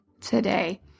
today